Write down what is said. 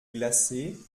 glacée